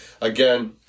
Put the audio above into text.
again